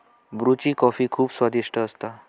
ब्रुची कॉफी खुप स्वादिष्ट असता